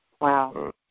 Wow